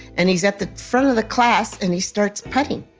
and he's at the front of the class, and he starts putting.